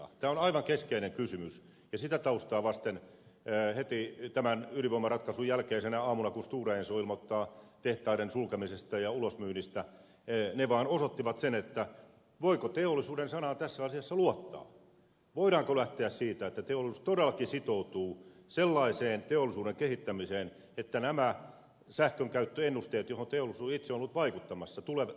tämä on aivan keskeinen kysymys ja sitä taustaa vasten heti tämän ydinvoimaratkaisun jälkeisenä aamuna kun stora enso ilmoittaa tehtaiden sulkemisesta ja ulosmyynnistä se vaan osoittaa sen voiko teollisuuden sanaan tässä asiassa luottaa voidaanko lähteä siitä että teollisuus todellakin sitoutuu sellaiseen teollisuuden kehittämiseen että nämä sähkönkäyttöennusteet joihin teollisuus itse on ollut vaikuttamassa tulevat toteutumaan